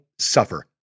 Suffer